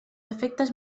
efectes